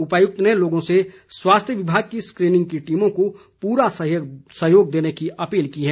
उपायुक्त ने लोगों से स्वास्थ्य विभाग की स्क्रीनिंग की टीमों को पूरा सहयोग देने की अपील की है